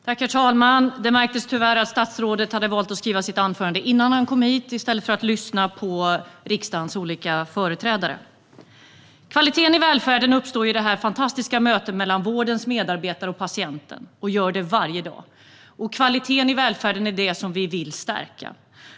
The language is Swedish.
Herr talman! Det märktes tyvärr att statsrådet hade valt att skriva sitt anförande innan han kom hit i stället för att lyssna på riksdagens olika företrädare. Kvaliteten i välfärden uppstår i det fantastiska mötet mellan vårdens medarbetare och patienten, och den gör det varje dag. Kvaliteten i välfärden är det som vi vill stärka.